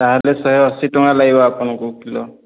ତା'ହେଲେ ଶହେ ଅଶୀ ଟଙ୍କା ଲାଗିବ ଆପଣଙ୍କୁ କିଲୋ